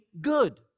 good